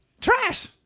Trash